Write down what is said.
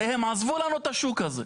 הרי הם עזבו לנו את השוק הזה.